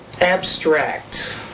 abstract